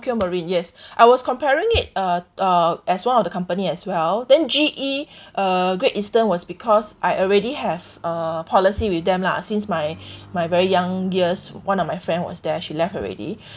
Tokio Marine yes I was comparing it uh uh as one of the company as well then G_E uh Great Eastern was because I already have a policy with them lah since my my very young years one of my friend was there she left already